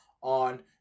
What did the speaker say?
on